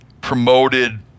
promoted